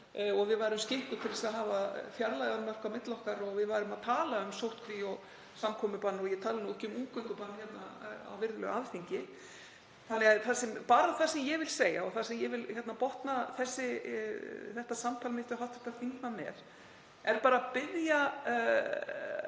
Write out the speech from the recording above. og við værum skikkuð til að hafa fjarlægðarmörk á milli okkar og við værum að tala um sóttkví og samkomubann, að ég tali nú ekki um útgöngubann, á virðulegu Alþingi. Það sem ég vil segja og það sem ég vil botna þetta samtal mitt við hv. þingmann með, er bara að biðja